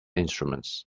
instruments